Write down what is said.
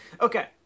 Okay